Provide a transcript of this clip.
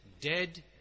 Dead